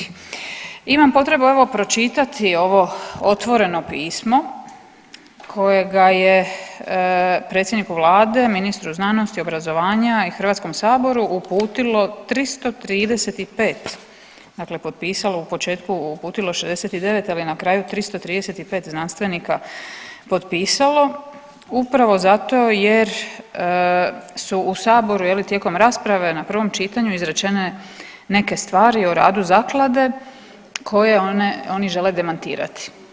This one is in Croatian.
Imam potrebu evo pročitati ovo otvoreno pismo kojega je predsjedniku vlade, ministru znanosti, obrazovanja i Hrvatskom saboru uputilo 335 dakle potpisalo u početku, uputilo 69, ali je na kraju 335 znanstvenika potpisalo upravo zato jer su u saboru tijekom rasprave na prvom čitanju izrečene neke stvari o radu zaklade koje one, oni žele demantirati.